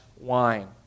wine